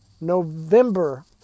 November